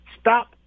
stop